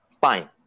Fine